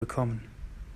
bekommen